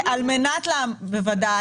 בוודאי.